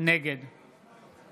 נגד